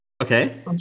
Okay